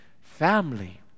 family